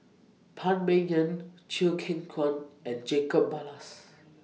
Phan Ming Yen Chew Kheng Chuan and Jacob Ballas